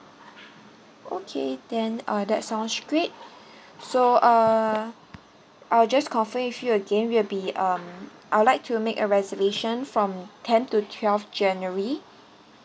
okay then uh that sounds great so uh I will just confirm with you again it will be um I would like to make a reservation from ten to twelve january